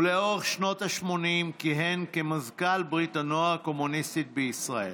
ולאורך שנות השמונים כיהן כמזכ"ל ברית הנוער הקומוניסטית בישראל.